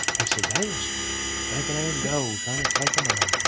he said, they was thinking they was gold, trying to take um um